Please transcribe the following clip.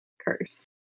curse